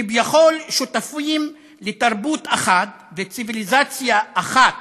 שכביכול שותפים לתרבות אחת וציוויליזציה אחת,